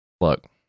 look